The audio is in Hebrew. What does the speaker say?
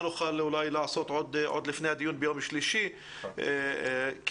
נוכל לעשות עוד לפני הדיון ביום שלישי כי בינתיים